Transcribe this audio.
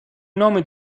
nome